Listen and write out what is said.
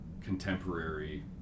contemporary